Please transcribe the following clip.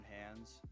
hands